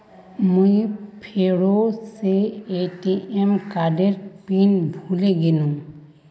मुई फेरो से ए.टी.एम कार्डेर पिन भूले गेनू